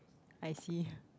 I see